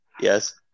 Yes